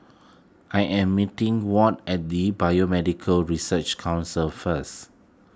I am meeting Ward at the Biomedical Research Council first